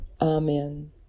Amen